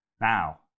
Now